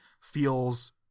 feels